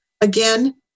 again